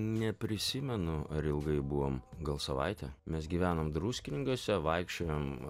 neprisimenu ar ilgai buvom gal savaitę mes gyvenom druskininkuose vaikščiojom